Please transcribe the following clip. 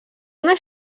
una